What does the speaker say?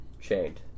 chained